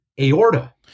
aorta